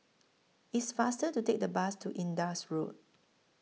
IT IS faster to Take The Bus to Indus Road